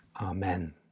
Amen